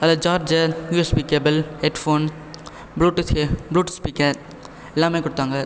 அதில் charge USB cable headphone bluetooth ப்ளூட்ஸ் speaker எல்லாமே கொடுத்தாங்க